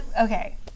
okay